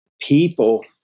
people